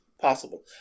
possible